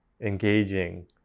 engaging